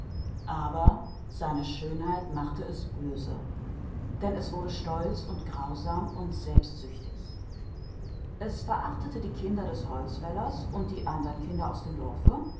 aber seine schönheit tat ihm böses denn es wurde stolz und grausam und selbstsüchtig die kinder des holzfällers und die anderen kinder des dorfes